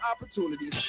opportunities